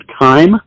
time